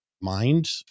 mind